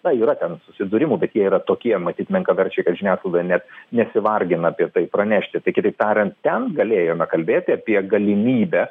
na yra ten susidūrimų bet jie yra tokie matyt menkaverčiai kad žiniasklaida net nesivargina apie tai pranešti tai kitaip tariant ten galėjome kalbėti apie galimybę